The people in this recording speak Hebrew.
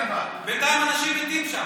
בינתיים אנשים מתים שם.